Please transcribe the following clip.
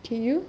K you